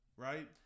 Right